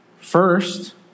first